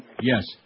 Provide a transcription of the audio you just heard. Yes